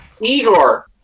Igor